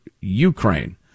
Ukraine